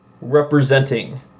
representing